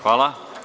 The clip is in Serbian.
Hvala.